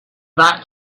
that